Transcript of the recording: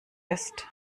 ist